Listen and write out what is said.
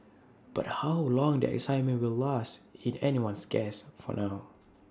but how long the excitement will last in anyone's guess for now